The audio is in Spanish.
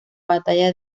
batalla